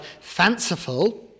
fanciful